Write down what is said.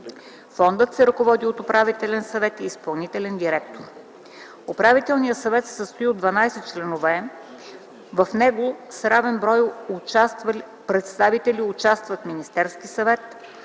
Фондът се ръководи от управителен съвет и изпълнителен директор. Управителният съвет се състои от 12 членове. В него с равен брой представители участват Министерският съвет,